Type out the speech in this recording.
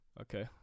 okay